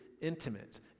Intimate